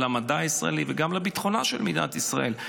למדע הישראלי וגם לביטחונה של מדינת ישראל.